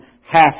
half